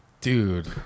dude